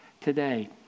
today